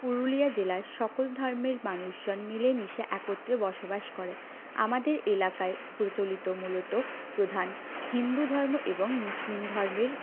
পুরুলিয়া জেলায় সকল ধর্মের মানুষজন মিলেমিশে একত্রে বসবাস করে আমাদের এলাকায় প্রচলিত মূলত প্রধান হিন্দু ধর্ম এবং মুসলিম ধর্মের